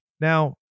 Now